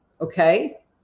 Okay